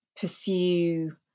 pursue